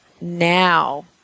now